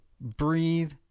breathe